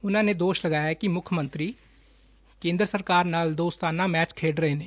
ਉਨੂਾਂ ਨੇ ਦੋਸ਼ ਲਾਇਆ ਕਿ ਮੁੱਖ ਮੰਤਰੀ ਕੇਂਦਰ ਸਰਕਾਰ ਨਾਲ ਦੋਸਤਾਨਾ ਮੈਚ ਖੇਡ ਰਹੇ ਨੇ